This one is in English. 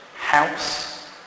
house